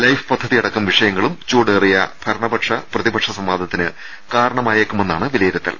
life പദ്ധതിയടക്കം വിഷയങ്ങളും ചൂടേ റിയ ഭരണ പ്രതിപക്ഷ സംവാദത്തിന് കാരണമായേക്കുമെന്നാണ് വിലയി രുത്തൽ